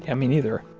and me neither.